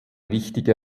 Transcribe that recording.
wichtige